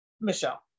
michelle